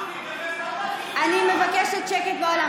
שר החוץ, אני מבקשת שקט באולם.